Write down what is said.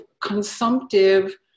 consumptive